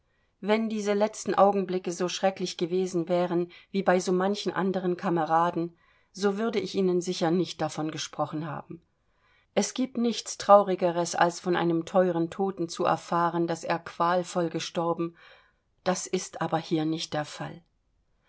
wenn diese letzten augenblicke so schrecklich gewesen wären wie bei so manchen anderen kameraden so würde ich ihnen sicher nicht davon gesprochen haben es gibt nichts traurigeres als von einem teueren toten zu erfahren daß er qualvoll gestorben das ist aber hier nicht der fall